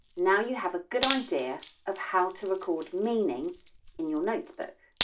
now you have a good idea of how to record meaning in your notebook.